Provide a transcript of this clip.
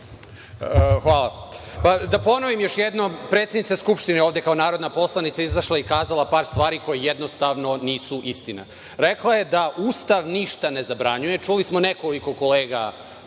Hvala. Da ponovim još jednom, predsednica Skupštine je ovde kao narodni poslanik izašla i rekla par stvari koje jednostavno nisu istinite. Rekla da Ustav ništa ne zabranjuje. Čuli smo nekoliko kolega